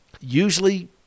Usually